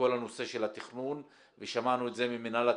בכל הנושא של התכנון, ושמענו את זה ממנהל התכנון.